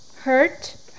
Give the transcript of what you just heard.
Hurt